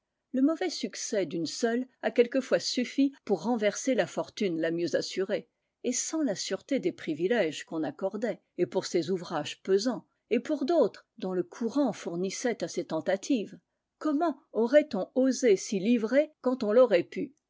le mauvais succès d'une seule a quelquefois suffi pour renverser la fortune la mieux assurée et sans la sûreté des privilèges qu'on accordait et pour ces ouvrages pesants et pour d'autres dont le courant fournissait à ces tentatives comment auront on osé s'y livrer quand on l'aurait pu